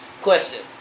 Question